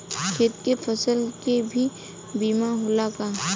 खेत के फसल के भी बीमा होला का?